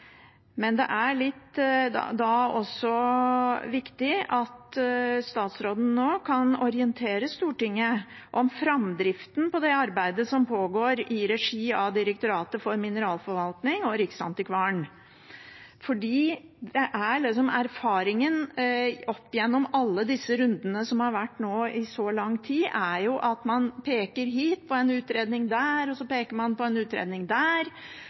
Men det er også litt viktig at statsråden nå kan orientere Stortinget om framdriften på det arbeidet som pågår i regi av Direktoratet for mineralforvaltning og Riksantikvaren. For erfaringen opp gjennom alle disse rundene som har vært nå i så lang tid, er at man peker på en utredning her, og så peker man på en utredning der,